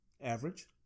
Average